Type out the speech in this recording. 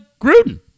Gruden